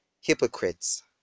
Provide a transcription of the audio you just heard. hypocrites